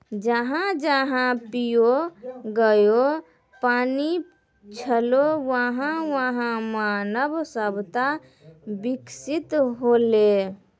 जहां जहां पियै योग्य पानी छलै वहां वहां मानव सभ्यता बिकसित हौलै